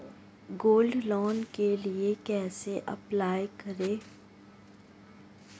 Gold loan के लिए कैसे अप्लाई करें?